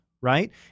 Right